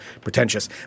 pretentious